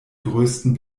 größten